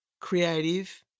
creative